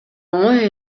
оңой